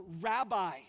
rabbi